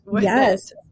Yes